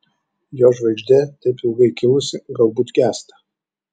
jo žvaigždė taip ilgai kilusi galbūt gęsta